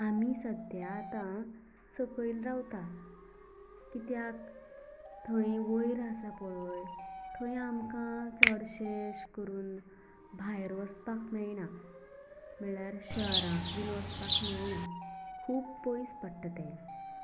आमी सद्या आता सकयल रावतात कित्याक थंय वयर आसा पळय थंय आमकां चडशें अशें करून भायर वचपाक मेळना म्हणल्यार शहरांत बीन वचपाक मेळना खूब पयस पडटा तें